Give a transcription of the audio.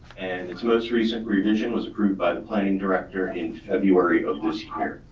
and its most recent revision was approved by the planning director in february of this year.